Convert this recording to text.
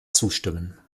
zustimmen